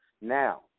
now